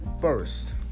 First